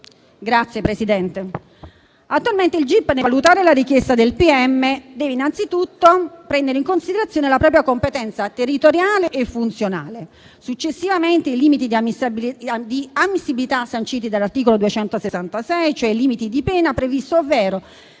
mani nei capelli. Attualmente il gip, nel valutare la richiesta del pm, deve innanzitutto prendere in considerazione la propria competenza territoriale e funzionale; successivamente, i limiti di ammissibilità sanciti dall'articolo 266, cioè i limiti di pena previsti, ovvero